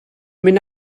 mynd